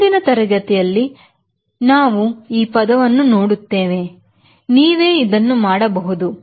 ಮುಂದಿನ ತರಗತಿಯಲ್ಲಿ ನಾವು ಈ ಪದವನ್ನು ನೋಡುತ್ತೇವೆ ನೀವೇ ಇದನ್ನು ಮಾಡಬಹುದು